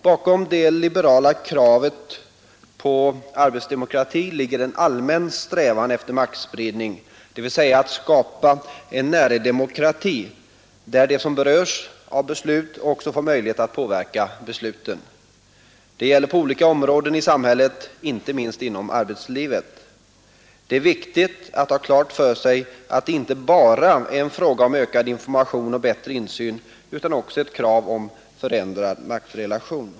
Bakom det liberala kravet på arbetsdemokrati ligger en allmän strävan efter maktspridning, dvs. att skapa en närdemokrati där de som berörs av beslut också får möjlighet att påverka besluten. Det gäller på olika områden i samhället, inte minst inom arbetslivet. Det är viktigt att ha klart för sig att det inte bara är en fråga om ökad information och bättre insyn utan också ett krav om en förändrad maktrelation.